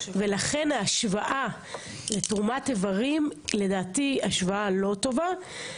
ולכן ההשוואה לתרומת איברים לדעתי היא השוואה לא טובה.